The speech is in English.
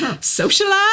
socialize